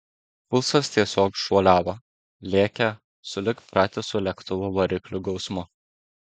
pulsas tiesiog šuoliavo lėkė sulig pratisu lėktuvo variklių gausmu